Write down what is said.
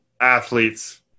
athletes